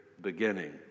beginning